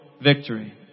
victory